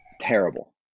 terrible